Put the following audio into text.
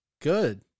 good